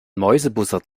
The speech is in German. mäusebussard